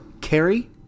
Carrie